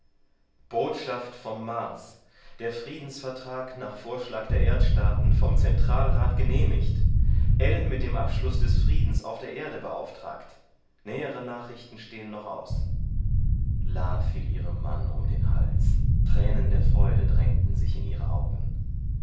botschaft vom mars der friedensvertrag nach vorschlag der erdstaaten vom zentralrat genehmigt ell mit dem abschluß des friedens auf der erde beauftragt nähere nachrichten stehen noch aus la fiel ihrem mann um den hals tränen der freude drängten sich in ihre augen